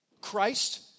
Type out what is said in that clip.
Christ